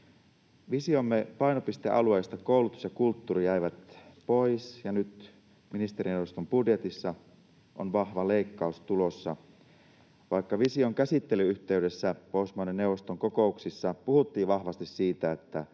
Visiomme painopistealueista koulutus ja kulttuuri jäivät pois, ja nyt ministerineuvoston budjetissa on vahva leikkaus tulossa, vaikka vision käsittelyn yhteydessä Pohjoismaiden neuvoston kokouksissa puhuttiin vahvasti siitä, että